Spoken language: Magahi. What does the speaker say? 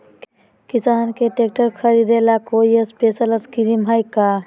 किसान के ट्रैक्टर खरीदे ला कोई स्पेशल स्कीमो हइ का?